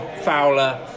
Fowler